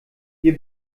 wir